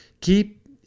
keep